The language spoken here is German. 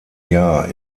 jahr